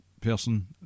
person